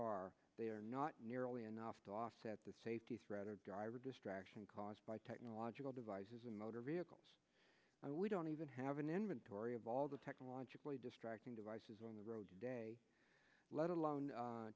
are they are not nearly enough to offset the safety threat or driver distraction caused by technological devices in motor vehicles we don't even have an inventory of all the technologically distracting devices on the road today let alone